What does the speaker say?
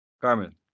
Carmen